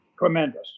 tremendous